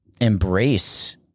embrace